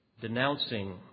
denouncing